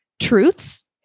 truths